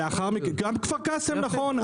גם כפר קאסם, נכון.